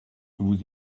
vous